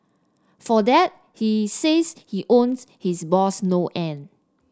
for that he says he owes his boss no end